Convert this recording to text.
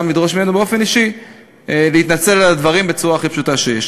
גם לדרוש ממנו באופן אישי להתנצל על הדברים בצורה הכי פשוטה שיש.